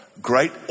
great